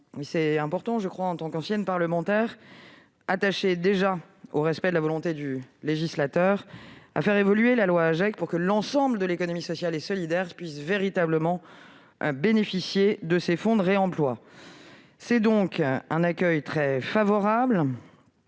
c'est important -en tant qu'anciennes parlementaires attachées au respect de la volonté du législateur, à faire évoluer la loi AGEC pour que l'ensemble de l'économie sociale et solidaire puisse véritablement bénéficier de ces fonds pour le réemploi. C'est donc un avis très favorable